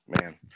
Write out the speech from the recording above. man